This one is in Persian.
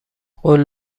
قول